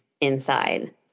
inside